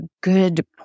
good